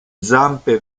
zampe